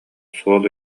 суол